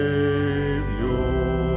Savior